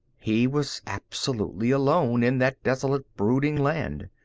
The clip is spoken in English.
he was absolutely alone in that desolate brooding land.